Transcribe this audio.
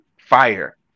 fire